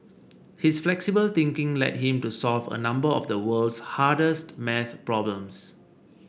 his flexible thinking led him to solve a number of the world's hardest maths problems